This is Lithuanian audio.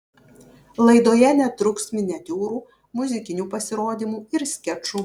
laidoje netruks miniatiūrų muzikinių pasirodymų ir skečų